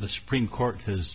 the supreme court has